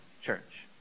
church